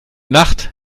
nacht